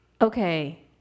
Okay